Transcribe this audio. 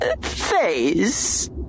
face